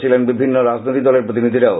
ছিলেন বিভিন্ন রাজনৈতিক দলের প্রতিনিধিরাও